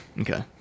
Okay